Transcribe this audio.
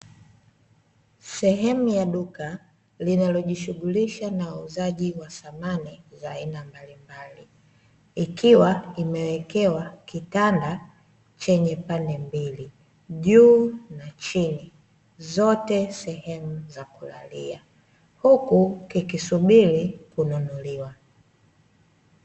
Sehemu ya duka linalojishughulisha na uuzaji wa samani za aina mbalimbali. Ikiwa imewekewa kitanda chenye pande mbili, juu na chini zote sehemu za kulalia. Huku kikisubiri kununuliwa.